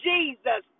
Jesus